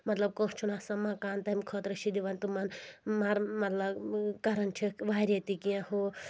مطلب کٲنٛسہِ چھُنہٕ آسان مکان تمہِ خٲطرٕ چھِ دِوان تِمن مر مطلب کران چھِکھ واریاہ تہِ کینٛہہ ہُہ